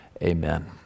amen